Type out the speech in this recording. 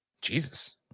Jesus